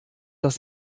das